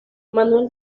manuel